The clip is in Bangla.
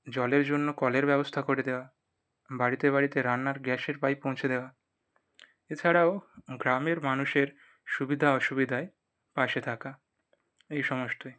জলের জন্য কলের ব্যবস্থা করে দেওয়া বাড়িতে বাড়িতে রান্নার গ্যাসের পাইপ পৌঁছে দেওয়া এছাড়াও গ্রামের মানুষের সুবিধা অসুবিধায় পাশে থাকা এই সমস্তই